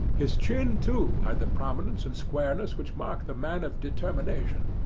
his chin, too, had the prominence and squareness which mark the man of determination.